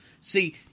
See